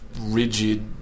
rigid